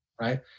Right